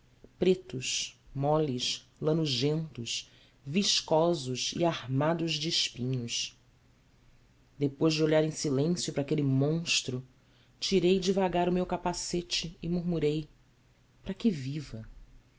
pretos moles lanugentos viscosos e armados de espinhos depois de olhar em silêncio para aquele monstro tirei devagar o meu capacete e murmurei para que viva